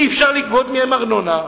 אי-אפשר לגבות מהם ארנונה.